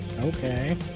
okay